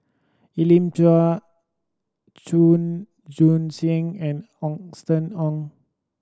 Elim Chew Chua Joon Siang and Austen Ong